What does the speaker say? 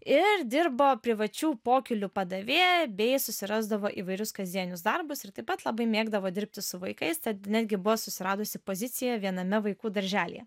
ir dirbo privačių pokylių padavėja bei susirasdavo įvairius kasdienius darbus ir taip pat labai mėgdavo dirbti su vaikais tad netgi buvo susiradusi poziciją viename vaikų darželyje